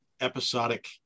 episodic